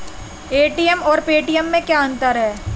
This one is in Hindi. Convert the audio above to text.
ए.टी.एम और पेटीएम में क्या अंतर है?